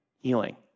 Healing